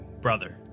brother